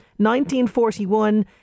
1941